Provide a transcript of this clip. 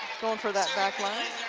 going for that back line.